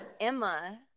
emma